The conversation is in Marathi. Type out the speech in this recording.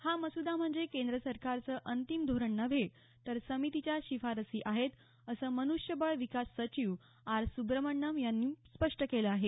हा मसुदा म्हणजे केंद्रसरकारचं अंतिम धोरण नव्हे तर समितीच्या शिफारसी आहेत असं मनुष्यबळ विकास सचिव आर सुब्रमण्यम् यांनी स्पष्ट केलं आहे